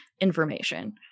information